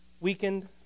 weakened